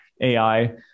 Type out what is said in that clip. AI